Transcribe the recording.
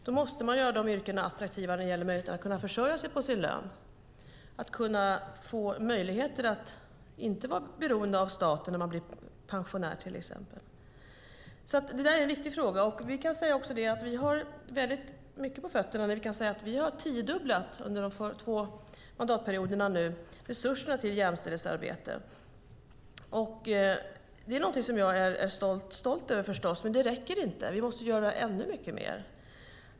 Då måste de yrkena göras attraktiva genom att göra det möjligt att kunna försörja sig på sin lön, att få möjlighet att inte vara beroende av staten när man blir pensionär. Det är en viktig fråga. Vi har mycket på fötterna, och vi har till exempel under de två mandatperioderna tiodubblat resurserna till jämställdhetsarbetet. Det är något som jag är stolt över, men det räcker inte. Vi måste göra ännu mer.